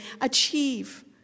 achieve